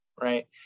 right